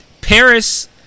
Paris